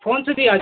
phone से भी आ